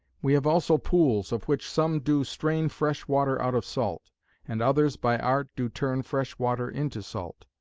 we have also pools, of which some do strain fresh water out of salt and others by art do turn fresh water into salt.